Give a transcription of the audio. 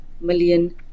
million